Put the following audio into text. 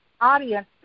audience